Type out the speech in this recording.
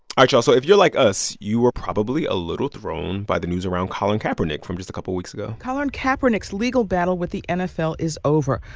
right, y'all, so if you're like us, you were probably a little thrown by the news around colin kaepernick from just a couple weeks ago colin kaepernick's legal battle with the nfl is over.